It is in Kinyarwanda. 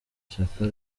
shyaka